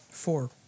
Four